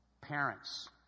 parents